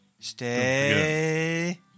Stay